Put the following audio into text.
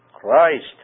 Christ